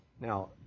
Now